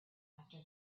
after